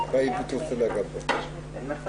לא.